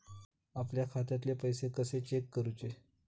आपल्या खात्यातले पैसे कशे चेक करुचे?